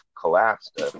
collapsed